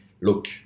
look